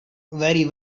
very